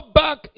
back